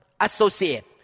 associate